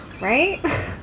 Right